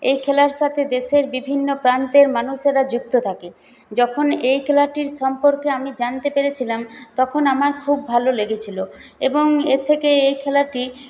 এই খেলার সাথে দেশের বিভিন্ন প্রান্তের মানুষেরা যুক্ত থাকে যখন এই খেলাটির সম্পর্কে আমি জানতে পেরেছিলাম তখন আমার খুব ভালো লেগেছিলো এবং এর থেকে এই খেলাটি